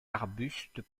arbustes